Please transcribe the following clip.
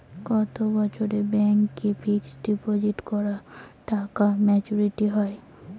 কত বছরে ব্যাংক এ ফিক্সড ডিপোজিট করা টাকা মেচুউরিটি হয়?